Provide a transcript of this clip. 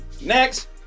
next